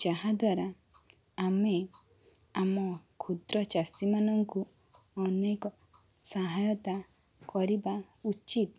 ଯାହାଦ୍ୱାରା ଆମେ ଆମ କ୍ଷୁଦ୍ରଚାଷୀମାନଙ୍କୁ ଅନେକ ସହାୟତା କରିବା ଉଚିତ